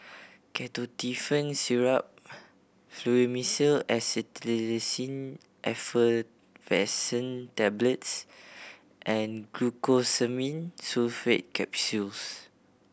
Ketotifen Syrup Fluimucil Acetylcysteine Effervescent Tablets and Glucosamine Sulfate Capsules